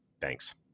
Thanks